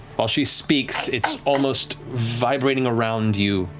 while she speaks, it's almost vibrating around you,